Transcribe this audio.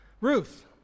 Ruth